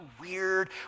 weird